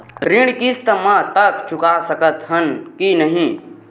ऋण किस्त मा तक चुका सकत हन कि नहीं?